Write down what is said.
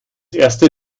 erste